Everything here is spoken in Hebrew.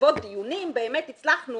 בעקבות דיונים באמת הצלחנו